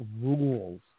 rules